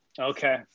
okay